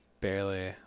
barely